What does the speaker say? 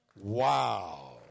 Wow